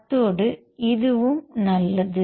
அத்தோடு இதுவும் நல்லது